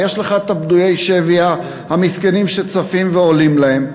ויש לך את פדויי השבי המסכנים שצפים ועולים להם.